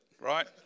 right